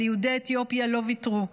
אבל יהודי אתיופיה לא ויתרו.